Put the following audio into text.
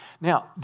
Now